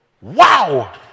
Wow